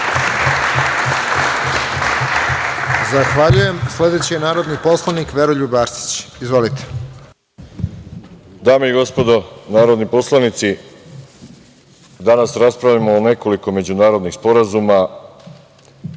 Zahvaljujem. Sledeći je narodni poslanik Boris Bursać. Izvolite.